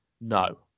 no